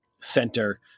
center